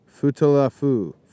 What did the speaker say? Futalafu